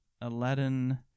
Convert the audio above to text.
Aladdin